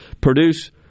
produce